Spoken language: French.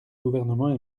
gouvernement